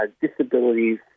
disabilities